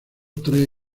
tres